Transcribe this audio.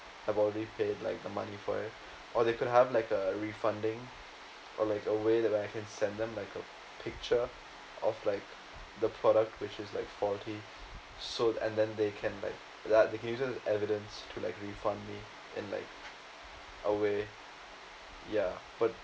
I've already paid like the money for it or they could have like uh refunding or like a way that I can send them like a picture of like the product which is like faulty so and then they can like that it gives them evidence to like refund me and like a way ya but